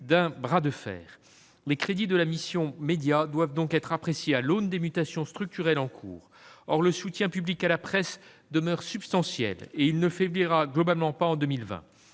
et industries culturelles » doivent donc être appréciés à l'aune des mutations structurelles en cours. Le soutien public à la presse demeure substantiel, et il ne faiblira globalement pas en 2020.